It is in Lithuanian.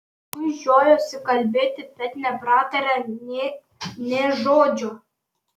paskui žiojosi kalbėti bet nepratarė nė žodžio